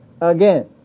again